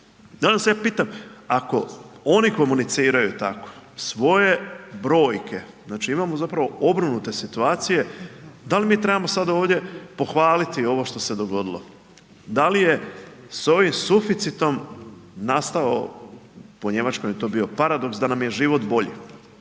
Danas ja pitam, ako oni komuniciraju tako svoje brojke, znači imamo zapravo obrnute situacije da li mi trebamo sad ovdje pohvaliti ovo što se dogodilo? Da li je sa ovim suficitom nastao, po njemačkom bi to bio paradoks da nam je život bolji,